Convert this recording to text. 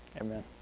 Amen